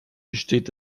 besteht